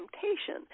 temptation